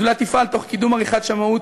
השדולה תפעל, תוך קידום עריכת שמאות,